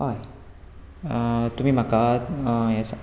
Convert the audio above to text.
हय तुमी म्हाका हें